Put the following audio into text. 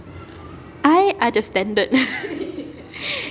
I ada standard